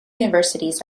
universities